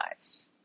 lives